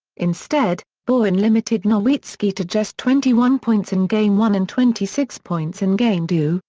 instead, bowen limited nowitzki to just twenty one points in game one and twenty six points in game two,